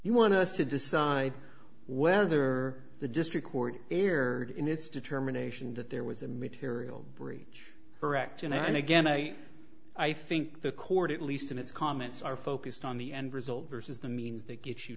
you want us to decide whether the district court err in its determination that there was a material breach correct and and again i i think the court at least in its comments are focused on the end result versus the means that gets you